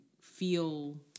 feel